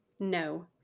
No